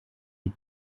die